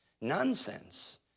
Nonsense